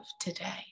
today